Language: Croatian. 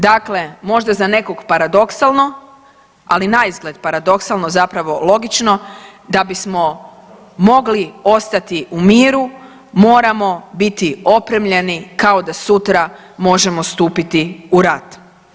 Dakle, možda za nekog paradoksalno, ali naizgled paradoksalno zapravo logično da bismo mogli ostati u miru moramo biti opremljeni kao da sutra možemo stupiti u rat.